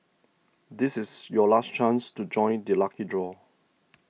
this is your last chance to join the lucky draw